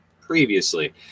previously